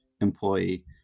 employee